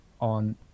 on